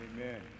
Amen